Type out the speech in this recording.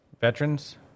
veterans